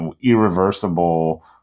irreversible